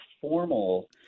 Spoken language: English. formal